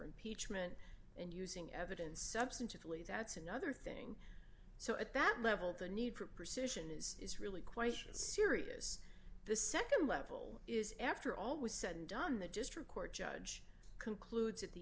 impeachment and using evidence substantively that's another thing so at that level the need for perception is is really quite serious the nd level is after all was said and done the district court judge concludes at the